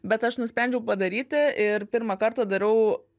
bet aš nusprendžiau padaryti ir pirmą kartą darau